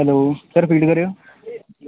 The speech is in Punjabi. ਹੈਲੋ ਸਰ ਰਪੀਟ ਕਰਿਓ